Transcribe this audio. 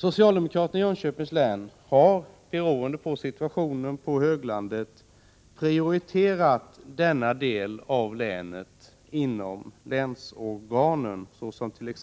Socialdemokraterna i Jönköpings län har, beroende på situationen på höglandet, prioriterat denna del av länet inom länsorganen, t.ex.